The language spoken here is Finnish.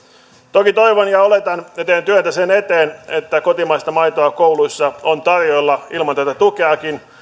toki toivon ja oletan ja teen työtä sen eteen että kotimaista maitoa kouluissa on tarjolla ilman tätä tukeakin